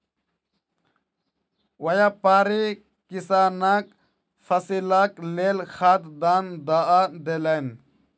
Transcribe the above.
व्यापारी किसानक फसीलक लेल खाद दान दअ देलैन